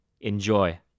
Enjoy